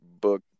book